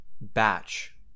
batch